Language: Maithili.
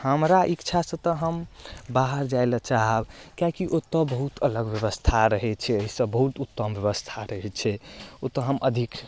हमरा इच्छासँ तऽ हम बाहर जाइ लए चाहब किएक कि ओतऽ बहुत अलग व्यवस्था रहै छै अइसँ बहुत उत्तम व्यवस्था रहै छै ओतऽ हम अधिक